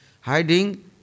hiding